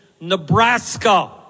Nebraska